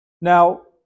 Now